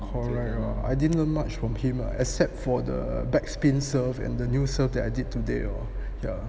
correct lor I didn't learn much from him lah except for the back spin serve in the new serve that I did today orh yeah